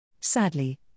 Sadly